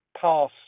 pass